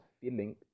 feeling